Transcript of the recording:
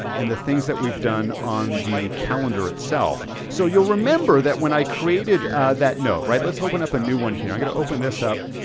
and the things that we've done on the calendar itself. so you'll remember that when i created that note, let's open up a new one here. i'm gonna open this up.